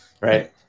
Right